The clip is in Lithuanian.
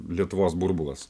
lietuvos burbulas